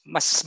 Mas